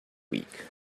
week